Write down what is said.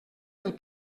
del